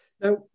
Now